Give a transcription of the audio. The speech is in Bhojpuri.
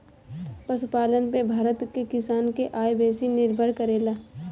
पशुपालन पे भारत के किसान के आय बेसी निर्भर करेला